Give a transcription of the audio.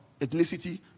ethnicity